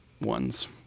ones